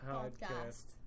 Podcast